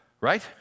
Right